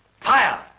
Fire